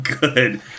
good